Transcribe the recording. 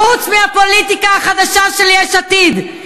חוץ מבפוליטיקה החדשה של יש עתיד,